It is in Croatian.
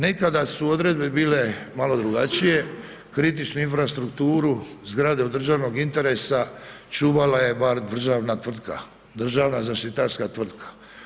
Nekada su odredbe bile malo drugačije, kritičnu infrastrukturu, zgrade od državnog interesa čuvala je bar državna tvrtka, državna zaštitarska tvrtka.